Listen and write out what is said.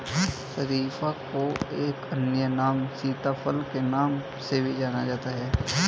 शरीफा को एक अन्य नाम सीताफल के नाम से भी जाना जाता है